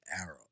arrow